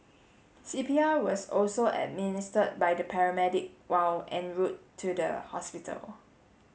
C P R was also administered by the paramedic while en route to the hospital